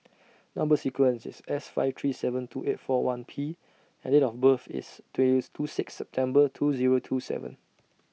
Number sequence IS S five three seven two eight four one P and Date of birth IS twentieth two six September two Zero two seven